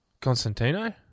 Constantino